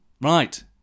Right